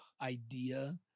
Idea